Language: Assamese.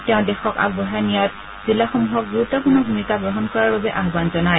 তেওঁ দেশক আগবঢ়াই নিয়া জিলাসমূহক গুৰুত্পূৰ্ণ ভূমিকা গ্ৰহণ কৰাৰ বাবে আহান জনায়